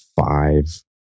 five